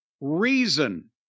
reason